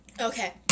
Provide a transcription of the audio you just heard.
Okay